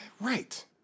Right